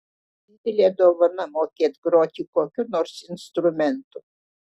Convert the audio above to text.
didelė dovana mokėt groti kokiu nors instrumentu